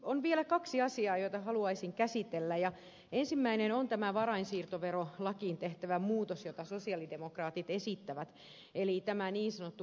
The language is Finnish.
on vielä kaksi asiaa joita haluaisin käsitellä ja ensimmäinen on tämä varainsiirtoverolakiin tehtävä muutos jota sosialidemokraatit esittävät eli tämä niin sanottu pörssivero